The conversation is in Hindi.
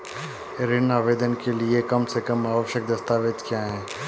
ऋण आवेदन के लिए कम से कम आवश्यक दस्तावेज़ क्या हैं?